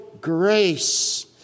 grace